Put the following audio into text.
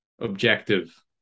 objective